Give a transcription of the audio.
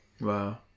Wow